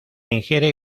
ingiere